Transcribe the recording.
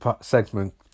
segment